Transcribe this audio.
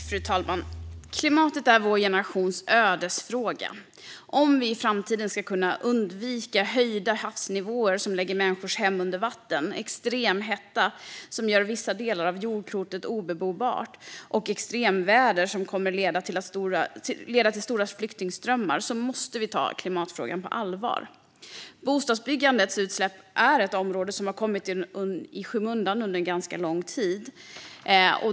Fru talman! Klimatet är vår generations ödesfråga. Om vi i framtiden ska kunna undvika höjda havsnivåer som lägger människors hem under vatten, extrem hetta som gör vissa delar av jordklotet obeboeliga och extremväder som kommer att leda till stora flyktingströmmar måste vi ta klimatfrågan på allvar. Bostadsbyggandets utsläpp är ett område som har kommit i skymundan under en ganska lång tid.